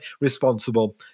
responsible